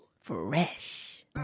Fresh